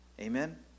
Amen